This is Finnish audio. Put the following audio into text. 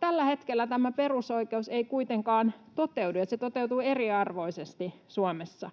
Tällä hetkellä tämä perusoikeus ei kuitenkaan toteudu, sillä se toteutuu eriarvoisesti Suomessa.